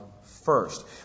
first